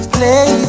Play